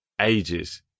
ages